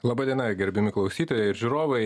laba diena gerbiami klausytojai ir žiūrovai